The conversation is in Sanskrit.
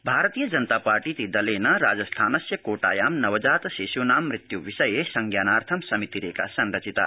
भाजपा समिति भारतीय जनता पार्टीति दलेन राजस्थानस्य कोटायां नवजात शिश्नां मृत्यु विषये संज्ञानार्थं समितिरेका संरचिता